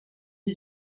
who